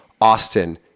Austin